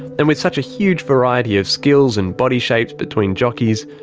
and with such a huge variety of skills and body shapes between jockeys,